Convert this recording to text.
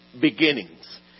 Beginnings